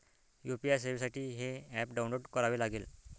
UPI सेवेसाठी हे app download करावे लागेल